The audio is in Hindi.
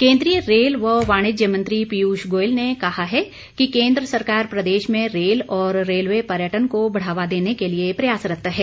केंद्रीय रेल व वाणिज्य मंत्री पीयूष गोयल ने कहा है कि केंद्र सरकार प्रदेश में रेल और रेलवे पर्यटन को बढ़ावा देने के लिए प्रयासरत है